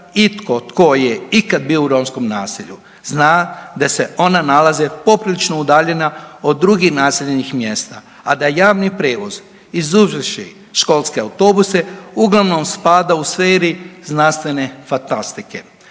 itko tko je ikad bio u romskom naselju, zna da se ona nalaze poprilično udaljena od drugih naseljenih mjesta, a da javni prijevoz izuzevši školske autobuse uglavnom spada u sferi znanstvene fatastike.